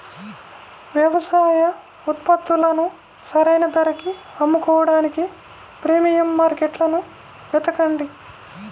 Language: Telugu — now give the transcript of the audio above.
వ్యవసాయ ఉత్పత్తులను సరైన ధరకి అమ్ముకోడానికి ప్రీమియం మార్కెట్లను వెతకండి